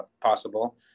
possible